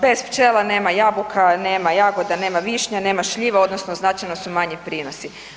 Bez pčela nema jabuka, nema jagoda, nema višnje, nema šljiva odnosno značajno su manji prinosi.